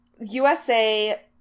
USA